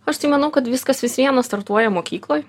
aš tai manau kad viskas vis viena startuoja mokykloj